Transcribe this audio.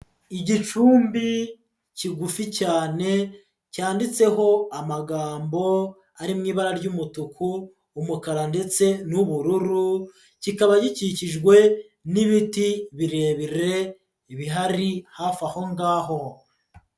Igicumbi kigufi cyane cyanditseho amagambo ari mu ibara ry'umutuku, umukara ndetse n'ubururu, kikaba gikikijwe n'ibiti birebire bihari hafi ahongaho.